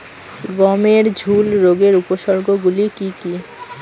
গমের ঝুল রোগের উপসর্গগুলি কী কী?